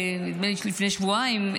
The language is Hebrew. נדמה לי לפני שבועיים,